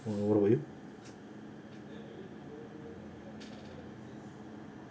what what about you